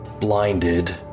blinded